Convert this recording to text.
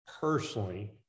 personally